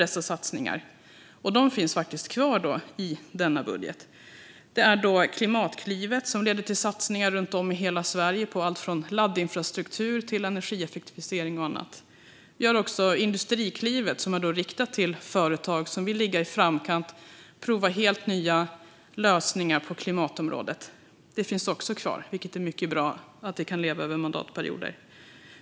De satsningarna finns kvar i denna budget. Vi har Klimatklivet som leder till satsningar runt om i hela Sverige på allt från laddinfrastruktur till energieffektivisering och annat. Även Industriklivet, som är riktat till företag som vill ligga i framkant och prova helt nya lösningar på klimatområdet, finns kvar. Det är mycket bra att det kan leva över mandatperioder.